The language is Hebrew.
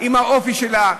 עם האופי שלה,